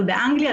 אבל באנגליה,